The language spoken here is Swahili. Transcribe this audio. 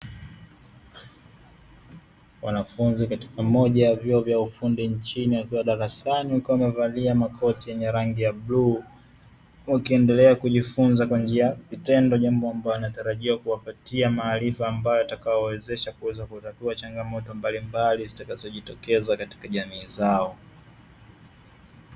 Wanafunzi katika moja ya vyuo vya ufundi nchini wakiwa darasani wakiwa wamevalia makoti yenye rangi ya bluu. Wakiendelea kujifunza kwa njia ya vitendo, jambo ambalo wanatarajia kujipatia maarifa ambayo yatakayowawezesha kuweza kutatua changamoto mbalimbali zitakazojitokeza katika jamii zao.